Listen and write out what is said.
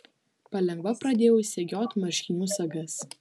palengva pradėjau segiot marškinių sagas